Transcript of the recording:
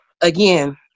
again